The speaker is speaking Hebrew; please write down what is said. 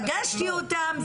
פגשתי אותם,